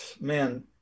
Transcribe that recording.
man